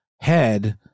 head